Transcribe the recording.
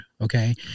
okay